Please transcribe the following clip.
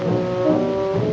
so